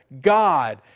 God